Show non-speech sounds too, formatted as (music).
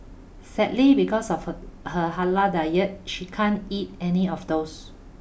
sadly because of (unintelligible) her halal (unintelligible) she can't eat any of those